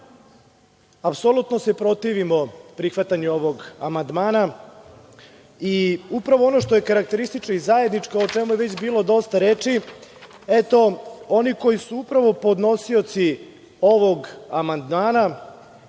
apsolutno se protivimo prihvatanju ovog amandmana i upravo ono što je karakteristično i zajedničko, o čemu je bilo već dosta reči, eto oni koji su upravo podnosioci ovog amandmana